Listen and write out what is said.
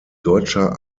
deutscher